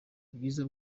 bwiza